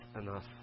enough